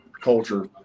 culture